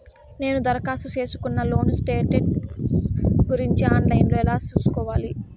నేను దరఖాస్తు సేసుకున్న లోను స్టేటస్ గురించి ఆన్ లైను లో ఎలా సూసుకోవాలి?